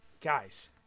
guys